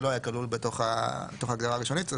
שלא היה כלול בתוך ההגירה הראשונית.